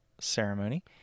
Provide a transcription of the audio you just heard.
ceremony